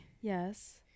Yes